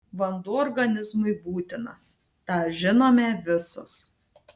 vanduo organizmui būtinas tą žinome visos